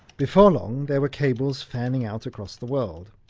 before long there were cables fanning out across the world.